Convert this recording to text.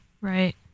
Right